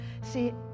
See